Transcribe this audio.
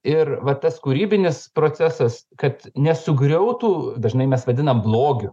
ir va tas kūrybinis procesas kad nesugriautų dažnai mes vadinam blogiu